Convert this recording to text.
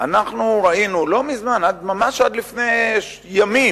אנחנו ראינו, לא מזמן, ממש עד לפני ימים,